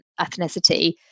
ethnicity